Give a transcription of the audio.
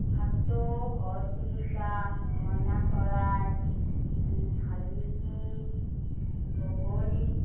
ভাটৌ ঘৰ চিৰিকা মইনা চৰাই শালিকি বগলী